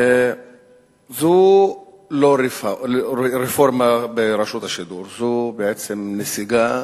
זאת לא רפורמה ברשות השידור, זו בעצם נסיגה